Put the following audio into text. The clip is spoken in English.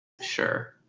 Sure